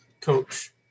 coach